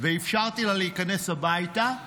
ואפשרתי לה להיכנס הביתה.